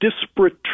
disparate